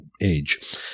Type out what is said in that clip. age